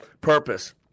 Purpose